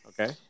Okay